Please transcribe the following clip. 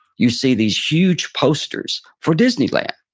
you see these huge posters for disneyland,